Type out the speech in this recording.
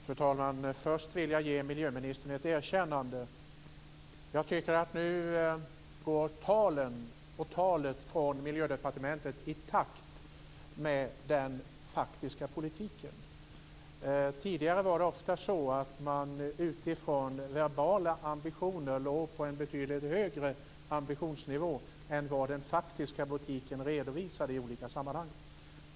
Fru talman! Först vill jag ge miljöministern ett erkännande. Jag tycker att nu går talet från Miljödepartementet i takt med den faktiska politiken. Tidigare var det ofta så att man utifrån verbala ambitioner låg på en betydligt högre ambitionsnivå än vad den faktiska politiken redovisade i olika sammanhang.